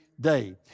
day